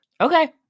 Okay